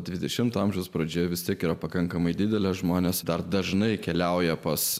dvidešimto amžiaus pradžioje vis tiek yra pakankamai didelė žmonės dar dažnai keliauja pas